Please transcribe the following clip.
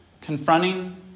confronting